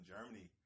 Germany